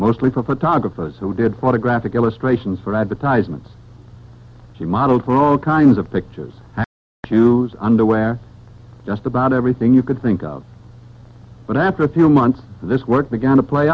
mostly for photographers who did for the graphic illustrations for advertisements she modeled for all kinds of pictures you underwear just about everything you could think of but after a few months this work began to play